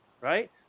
right